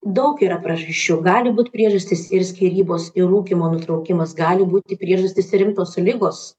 daug yra priežasčių gali būt priežastys ir skyrybos ir rūkymo nutraukimas gali būti priežastys rimtos ligos